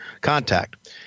contact